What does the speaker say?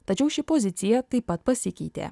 tačiau ši pozicija taip pat pasikeitė